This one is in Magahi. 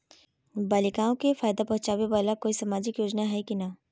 बालिकाओं के फ़ायदा पहुँचाबे वाला कोई सामाजिक योजना हइ की नय?